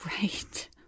Right